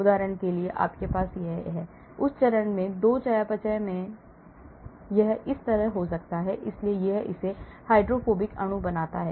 उदाहरण के लिए आपके पास यह है उस चरण में 2 चयापचय में यह इस तरह हो सकता है इसलिए यह इसे हाइड्रोफोबिक अणु बनाता है